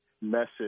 message